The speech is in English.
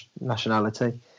nationality